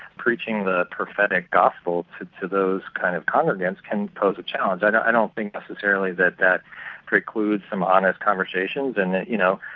preaching the prophetic gospel to those kind of congregants can pose a challenge. i don't i don't think necessarily that that precludes some honest conversations, and that, you know,